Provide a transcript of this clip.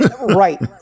Right